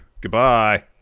Goodbye